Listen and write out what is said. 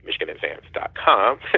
michiganadvance.com